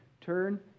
turn